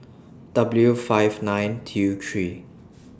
W five nine T U three